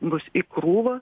bus į krūvą